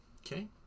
Okay